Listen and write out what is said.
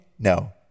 No